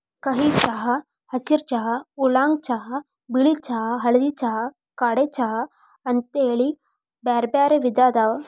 ಕರಿ ಚಹಾ, ಹಸಿರ ಚಹಾ, ಊಲಾಂಗ್ ಚಹಾ, ಬಿಳಿ ಚಹಾ, ಹಳದಿ ಚಹಾ, ಕಾಡೆ ಚಹಾ ಅಂತೇಳಿ ಬ್ಯಾರ್ಬ್ಯಾರೇ ವಿಧ ಅದಾವ